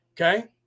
okay